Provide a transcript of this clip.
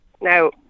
Now